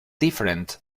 different